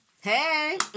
Hey